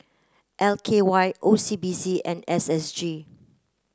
L K Y O C B C and S S G